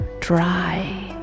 dry